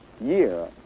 year